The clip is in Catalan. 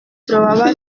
trobava